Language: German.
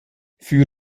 für